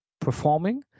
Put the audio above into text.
performing